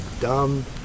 dumb